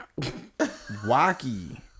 Wacky